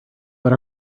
but